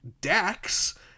Dax